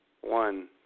one